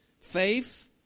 Faith